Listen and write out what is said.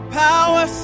power